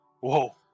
Whoa